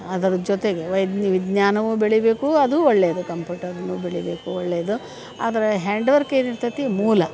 ಅದರ ಜೊತೆಗೆ ವಿಜ್ಞಾನವು ಬೆಳಿಬೇಕು ಅದೂ ಒಳ್ಳೆಯದು ಕಂಪ್ಯೂಟರ್ನೂ ಬೆಳಿಬೇಕು ಒಳ್ಳೆಯದು ಆದರೆ ಹ್ಯಾಂಡ್ ವರ್ಕ್ ಏನು ಇರ್ತೈತಿ ಮೂಲ